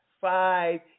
five